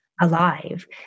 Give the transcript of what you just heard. alive